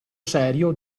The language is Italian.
serio